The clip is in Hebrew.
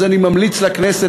אז אני ממליץ לכנסת,